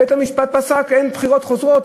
בית-המשפט פסק: אין בחירות חוזרות.